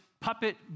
puppet